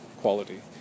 quality